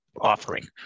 offering